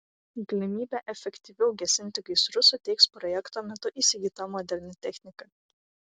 galimybę efektyviau gesinti gaisrus suteiks projekto metu įsigyta moderni technika